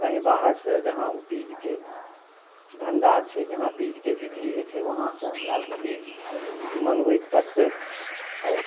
कहीँ बाहरसे जहाँ ओ बीजके भण्डार छै जहाँ बीजके बिक्री होइ छै वहाँसे हमरा ओ बीज मङ्गबैके पड़तै आओर